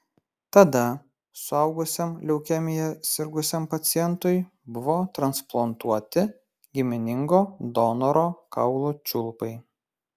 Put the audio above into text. tada suaugusiam leukemija sirgusiam pacientui buvo transplantuoti giminingo donoro kaulų čiulpai